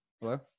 hello